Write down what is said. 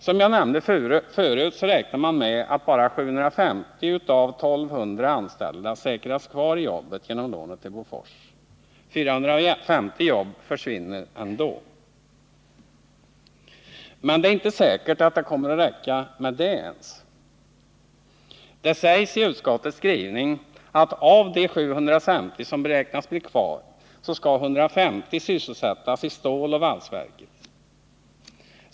Som jag nämnde tidigare räknar man med att bara 750 av 1 200 anställda säkras kvar i jobbet genom lånet till Bofors. 450 jobb försvinner ändå. Men det är inte säkert att det kommer att räcka ens med detta. Det sägs i utskottets skrivning att av de 750 som beräknas bli kvar skall 150 sysselsättas i ståloch valsverket.